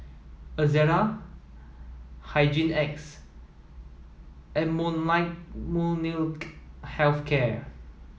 Ezerra Hygin X and Molnylcke health care